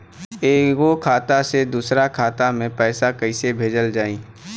एगो खाता से दूसरा खाता मे पैसा कइसे भेजल जाई?